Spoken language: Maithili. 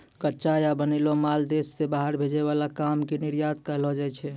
कच्चा या बनैलो माल देश से बाहर भेजे वाला काम के निर्यात कहलो जाय छै